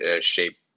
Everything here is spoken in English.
shape